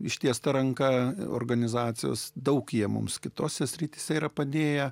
ištiesta ranka organizacijos daug jie mums kitose srityse yra padėję